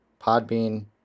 Podbean